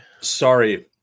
Sorry